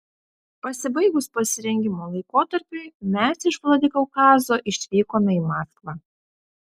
pasibaigus pasirengimo laikotarpiui mes iš vladikaukazo išvykome į maskvą